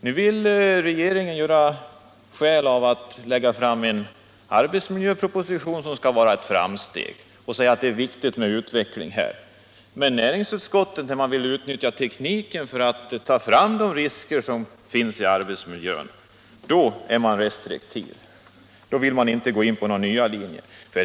Nu vill regeringen ge sken av att vilja lägga fram en arbetsmiljöproposition, som skall anses vara ett framsteg, och säga att det är viktigt med vidare utveckling på detta område, men när näringsutskottet vill utveckla tekniken för att ta fram de risker som finns i arbetsmiljön är man restriktiv och vill inte gå in för några nya linjer.